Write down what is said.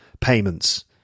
payments